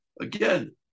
Again